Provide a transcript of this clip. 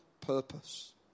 purpose